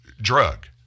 drug